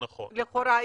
לכאורה,